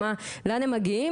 לאן הם מגיעים?